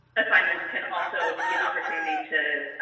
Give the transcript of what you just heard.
assignments can also be an opportunity to